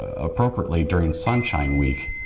ah appropriately during sunshine week.